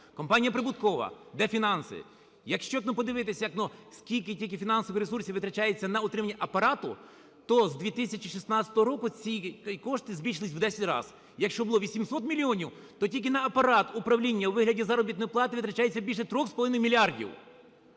компанія прибуткова. Де фінанси? Якщо подивитися скільки тільки фінансових ресурсів витрачається на утримання апарату, то з 2016 року ці кошти збільшились в 10 раз. Якщо було 800 мільйонів, то тільки на апарат управління у вигляді заробітної плати витрачається більше 3,5 мільярдів.